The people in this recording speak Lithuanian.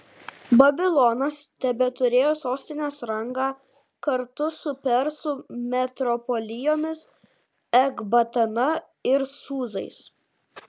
babilonas tebeturėjo sostinės rangą kartu su persų metropolijomis ekbatana ir sūzais